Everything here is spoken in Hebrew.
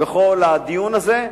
בכל הדיון הזה,